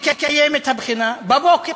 לקיים את הבחינה בבוקר,